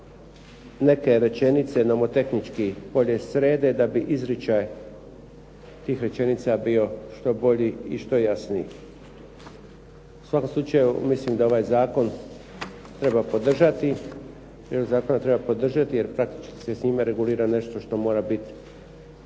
neke rečenice nomotehnički bolje srede da bi izričaj tih rečenica bio što bolji i što jasniji. U svakom slučaju, mislim da ovaj zakon treba podržati jer praktički se s njime regulira nešto što mora biti